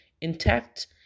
intact